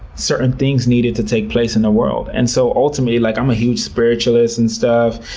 certain things needed to take place in the world. and so ultimately, like i'm a huge spiritualist and stuff,